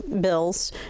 bills